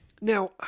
Now